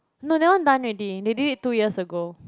no that one done already they did it two years ago